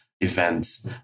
events